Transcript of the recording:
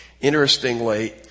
Interestingly